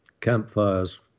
campfires